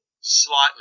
slightly